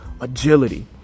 agility